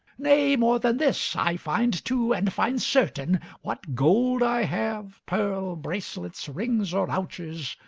nay more than this i find too, and find certain, what gold i have, pearle, bracelets, rings, or owches,